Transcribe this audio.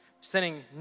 Sending